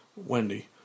Wendy